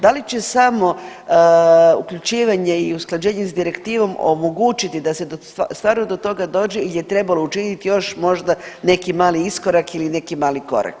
Da li će samo uključivanje i usklađenje s direktivom omogućiti da se stvarno do toga dođe ili je trebalo učiniti još možda neki mali iskorak ili neki mali korak?